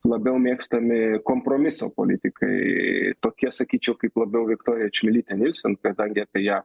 labiau mėgstami kompromiso politikai tokie sakyčiau kaip labiau viktorija čmilytė nilsen kadangi apie ją